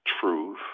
truth